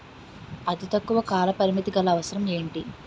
అతి తక్కువ కాల పరిమితి గల అవసరం ఏంటి